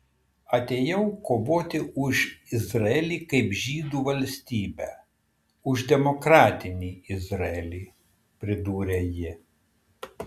atėjau kovoti už izraelį kaip žydų valstybę už demokratinį izraelį pridūrė ji